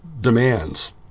demands